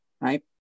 right